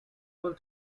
will